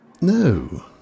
No